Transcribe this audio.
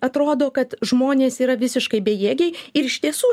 atrodo kad žmonės yra visiškai bejėgiai ir iš tiesų